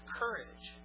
courage